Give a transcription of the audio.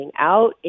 out